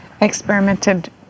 experimented